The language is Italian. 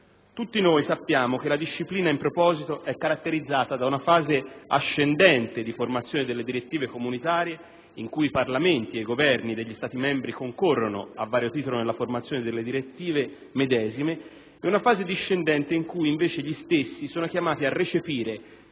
Tutti noi sappiamo che la disciplina in proposito è caratterizzata da una fase ascendente, di formazione delle direttive comunitarie, in cui i Parlamenti e i Governi degli Stati membri concorrono a vario titolo nella formazione delle direttive medesime, e da una fase discendente in cui invece gli stessi sono chiamati a recepire